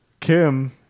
Kim